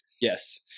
Yes